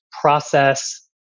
process